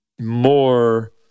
more